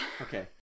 Okay